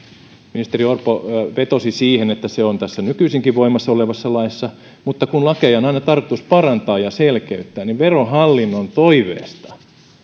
ministeri orpo vetosi siihen että se on tässä nykyisinkin voimassa olevassa laissa mutta kun lakeja on aina tarkoitus parantaa ja selkeyttää niin verohallinnon toiveesta